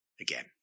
again